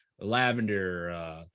lavender